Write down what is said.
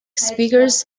speakers